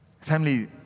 Family